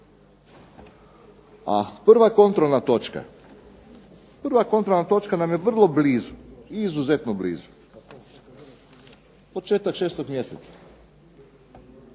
budućih sigurno hoće. A prva kontrolna točka nam je vrlo blizu, izuzetno blizu početak šestog mjeseca.